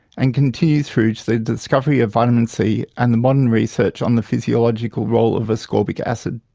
and continue through to the discovery of vitamin c and the modern research on the physiological role of ascorbic acid.